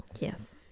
Yes